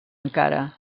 encara